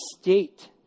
state